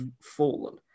fallen